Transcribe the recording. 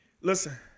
Listen